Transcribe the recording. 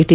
T